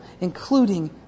including